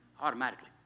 Automatically